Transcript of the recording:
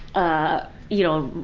ah, you know,